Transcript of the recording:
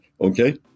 Okay